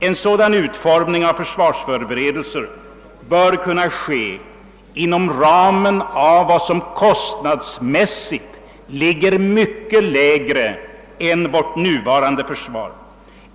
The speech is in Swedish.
En sådan utformning av försvarsförberedelserna bör kunna ske inom en kostnadsram som ligger mycket lägre än den som krävs för vårt nuvarande försvar.